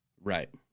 Right